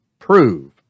Prove